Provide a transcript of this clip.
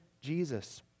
Jesus